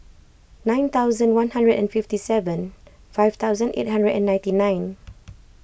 nine thousand one hundred and fifty seven five thousand eight hundred and ninety nine